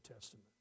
Testament